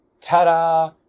ta-da